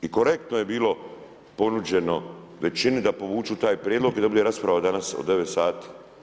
I korektno je bilo ponuđeno većini da povuču taj prijedlog i da bude rasprava danas od 9 sati.